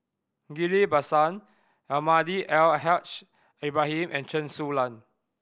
Ghillie Basan Almahdi Al Haj Ibrahim and Chen Su Lan